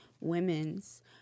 women's